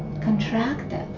contracted